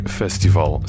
festival